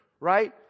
right